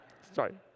Sorry